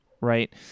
right